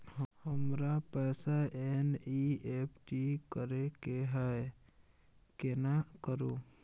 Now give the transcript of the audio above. हमरा पैसा एन.ई.एफ.टी करे के है केना करू?